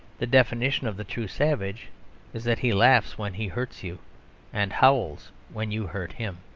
the definition of the true savage is that he laughs when he hurts you and howls when you hurt him.